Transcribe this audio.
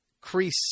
crease